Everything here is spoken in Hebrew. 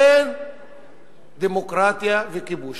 אין דמוקרטיה וכיבוש,